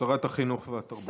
שרת החינוך והתרבות.